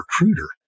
recruiter